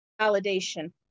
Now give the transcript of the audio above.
validation